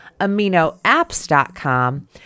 aminoapps.com